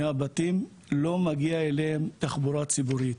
מהבתים לא מגיע אליהם תחבורה ציבורית,